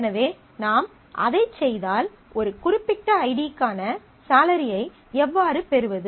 எனவே நாம் அதைச் செய்தால் ஒரு குறிப்பிட்ட ஐடிக்கான சாலரியை எவ்வாறு பெறுவது